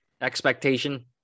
Expectation